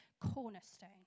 cornerstone